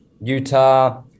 Utah